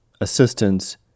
assistance